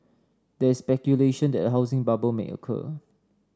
there is speculation that a housing bubble may occur